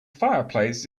fireplace